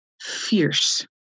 Fierce